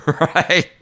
Right